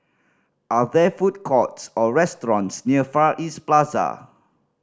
are there food courts or restaurants near Far East Plaza